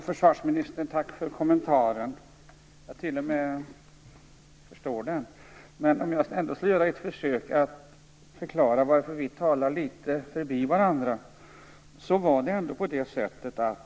Fru talman! Tack för kommentaren, försvarsministern. Jag t.o.m. förstår den. Jag skall ändå göra ett försök att förklara varför vi talar litet förbi varandra.